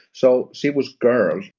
so she was girl.